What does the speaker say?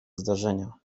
zdarzenia